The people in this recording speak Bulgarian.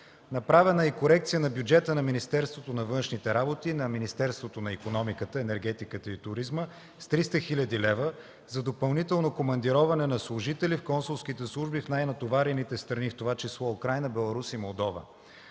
Направена е и корекция на бюджета на Министерството на външните работи, на Министерството на икономика, енергетиката и туризма с 300 хил. лв. за допълнително командироване на служители в консулските служби в най-натоварените страни, в това число Украйна, Беларус и Молдова.